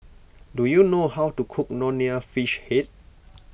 do you know how to cook Nonya Fish Head